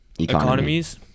economies